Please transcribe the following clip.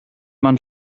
man